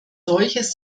solches